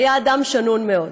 היה אדם שנון מאוד.